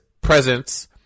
presence